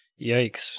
Yikes